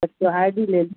एक ठो I D ले लें